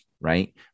right